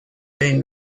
zein